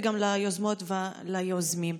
וגם ליוזמות וליוזמים.